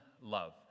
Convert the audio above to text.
love